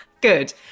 Good